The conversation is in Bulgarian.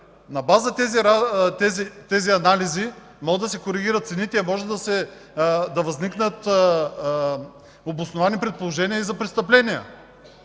на база тези анализи могат да се коригират цените, могат да възникнат обосновани предположения и за престъпления!